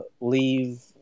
leave